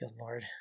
lord